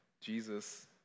Jesus